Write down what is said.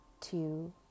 two